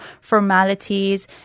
formalities